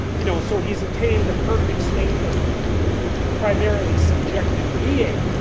you know so he's attained a perfect state of primarily subjective being.